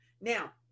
Now